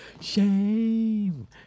Shame